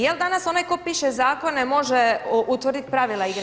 Jel danas onaj tko piše Zakone, može utvrditi pravila igre?